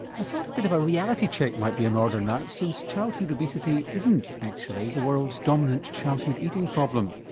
i thought a bit of a reality check might be in order now since childhood obesity isn't actually the world's dominant childhood eating problem.